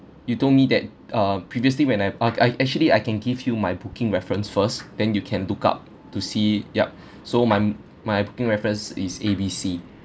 you told me that uh previously when I I I actually I can give you my booking reference first then you can look up to see yup so my my booking reference is A B C